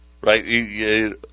Right